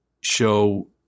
show